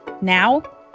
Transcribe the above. Now